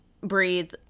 breathe